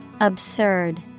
absurd